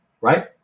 right